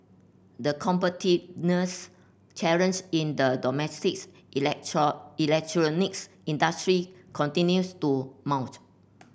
the competitiveness challenge in the domestics electronics industry continues to mount